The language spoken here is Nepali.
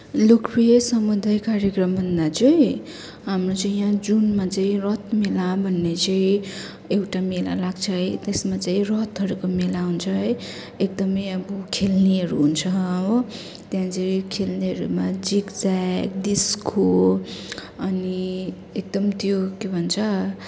लोकप्रिय सामुदायिक कार्यक्रम भन्दा चाहिँ हाम्रो चाहिँ यहाँ जुनमा चाहिँ रथमेला भन्ने चाहिँ एउटा मेला लाग्छ है त्यसमा चाहिँ रथहरूको मेला हुन्छ है एकदमै अब खेल्नेहरू हुन्छ हो त्यहाँ चाहिँ खेल्नेहरूमा जिकज्याक डिस्को अनि एकदम त्यो के भन्छ